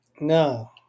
No